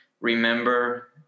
remember